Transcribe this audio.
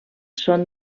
són